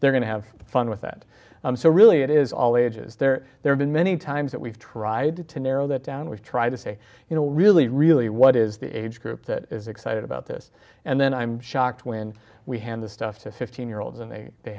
they're going to have fun with that so really it is all ages there there's been many times that we've tried to narrow that down we've tried to say you know really really what is the age group that is excited about this and then i'm shocked when we hand the stuff to fifteen year olds and they they